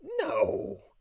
No